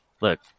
look